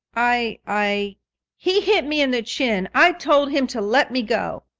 i i he hit me in the chin. i told him to let me go.